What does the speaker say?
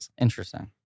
Interesting